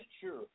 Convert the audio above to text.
sure